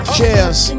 Cheers